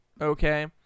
Okay